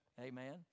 Amen